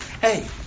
Hey